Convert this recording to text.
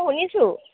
শুনিছোঁ